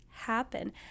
happen